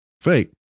Fake